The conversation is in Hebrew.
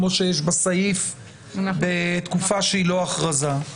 כמו שיש בסעיף בתקופה שהיא לא הכרזה.